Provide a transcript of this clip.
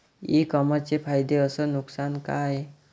इ कामर्सचे फायदे अस नुकसान का हाये